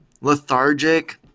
lethargic